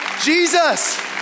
Jesus